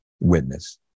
witness